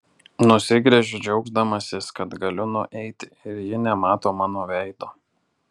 nusigręžiu džiaugdamasis kad galiu nueiti ir ji nemato mano veido